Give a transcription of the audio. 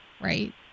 right